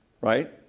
right